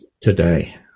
today